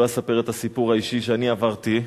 לא אספר את הסיפור האישי שאני עברתי,